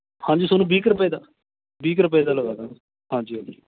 ਹਾਂਜੀ ਤੁਹਾਨੂੰ ਵੀਹ ਕੁ ਰੁਪਏ ਦਾ ਵੀਹ ਕੁ ਰੁਪਏ ਦਾ ਲਗਾ ਦੇਵਾਂਗੇ ਹਾਂਜੀ ਹਾਂਜੀ